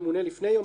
לפני יום התחילה,